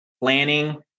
planning